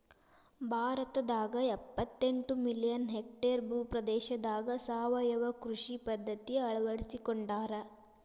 ಭಾರತದಾಗ ಎಪ್ಪತೆಂಟ million hectare ಭೂ ಪ್ರದೇಶದಾಗ ಸಾವಯವ ಕೃಷಿ ಪದ್ಧತಿ ಅಳ್ವಡಿಸಿಕೊಂಡಾರ